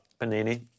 Panini